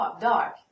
dark